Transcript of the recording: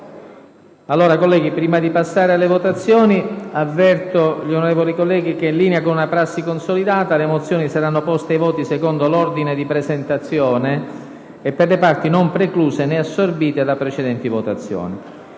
nuova finestra"). Prima di procedere alle votazioni, avverto gli onorevoli colleghi che, in linea con una prassi consolidata, le mozioni saranno poste ai voti secondo l'ordine di presentazione e per le parti non precluse né assorbite da precedenti votazioni.